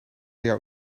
jouw